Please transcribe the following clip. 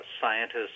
scientists